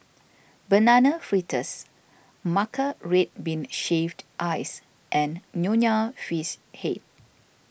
Banana Fritters Matcha Red Bean Shaved Ice and Nonya Fish Head